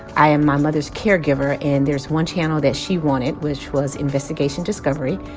i am my mother's caregiver, and there's one channel that she wanted, which was investigation discovery.